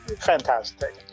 fantastic